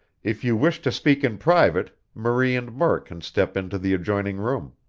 if you wish to speak in private, marie and murk can step into the adjoining room.